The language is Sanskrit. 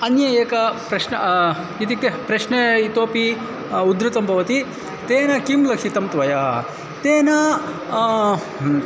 अन्यः एकः प्रश्नः इत्युक्ते प्रश्नः इतोपि उद्धृतं भवति तेन किं लक्षितं त्वया तेन